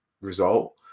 result